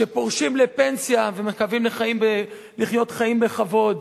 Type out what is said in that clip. שפורשים לפנסיה ומקווים לחיות חיים בכבוד.